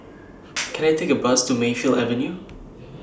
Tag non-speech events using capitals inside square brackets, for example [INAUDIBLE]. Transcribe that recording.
[NOISE] Can I Take A Bus to Mayfield Avenue